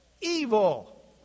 evil